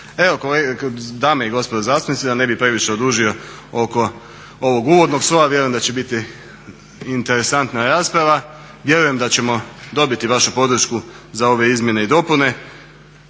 Evo dame i gospodo zastupnici da ne bi previše odužio oko ovog uvodnog, vjerujem da će biti interesantna rasprava, vjerujem da ćemo dobiti vašu podršku za ove izmjene i dopune.